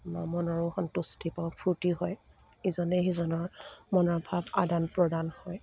মনৰো সন্তুষ্টি পাওঁ ফূৰ্তি হয় ইজনে সিজনৰ মনৰ ভাৱ আদান প্ৰদান হয়